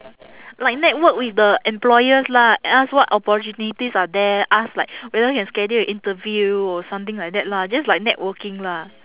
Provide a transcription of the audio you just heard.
like network with the employers lah ask what opportunities are there ask like whether can schedule an interview or something like that lah just like networking lah